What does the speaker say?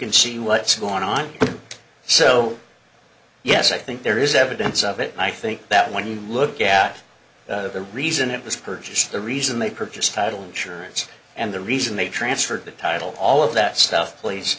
and see what's going on so yes i think there is evidence of it i think that when you look at the reason it was purchased the reason they purchased title insurance and the reason they transferred the title all of that stuff please